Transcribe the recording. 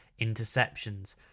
interceptions